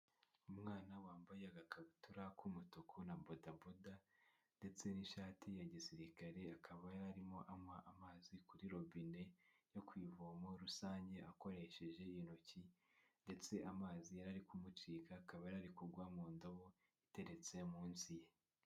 Umwana wambaye agakabutura k'umutuku na bodaboda ndetse n'ishati ya gisirikare akaba yararimo anywa amazi kuri robine yo ku ivomo rusange akoresheje intoki ndetse amazi yarari kumucika akaba yarari kugwa mu ndobo iteretse munsi ye.